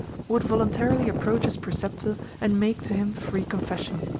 would voluntarily approach his preceptor and make to him free confession.